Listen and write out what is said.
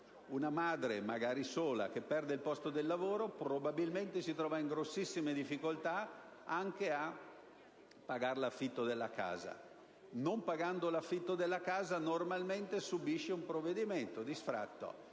Una madre, magari sola, che perde il posto di lavoro si trova probabilmente in grandissime difficoltà anche a pagare l'affitto della casa; non pagando l'affitto della casa, normalmente subisce un provvedimento di sfratto